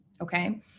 Okay